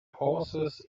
horses